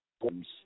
forms